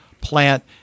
plant